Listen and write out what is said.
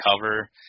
cover